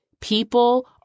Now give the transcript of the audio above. People